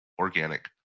organic